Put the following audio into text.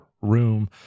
room